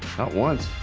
not once,